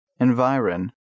Environ